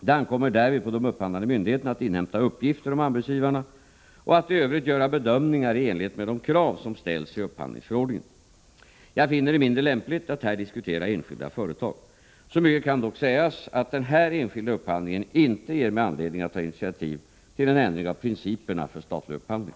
Det ankommer därvid på de upphandlande myndigheterna att inhämta uppgifter om anbudsgivarna och att i övrigt göra bedömningar i enlighet med de krav som ställs i upphandlingsförordningen. Jag finner det mindre lämpligt att här diskutera enskilda företag. Så mycket kan dock sägas att den här enskilda upphandlingen inte ger mig anledning att ta initiativ till en ändring av principerna för statlig upphandling.